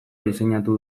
diseinatu